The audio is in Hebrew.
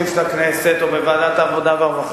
להגיש לו את העמדה הפלסטינית.